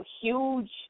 huge